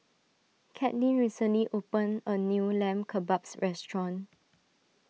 Katlyn recently opened a new Lamb Kebabs restaurant